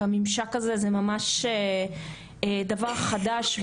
והממשק הזה זה ממש דבר חדש,